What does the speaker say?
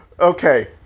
Okay